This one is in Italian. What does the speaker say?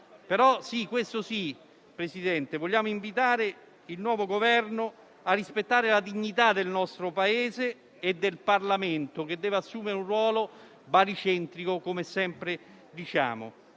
però, questo sì, Presidente, vogliamo invitare il nuovo Governo a rispettare la dignità del nostro Paese e del Parlamento, che deve assumere un ruolo baricentrico - come sempre diciamo